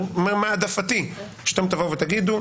ותגידו: